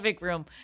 room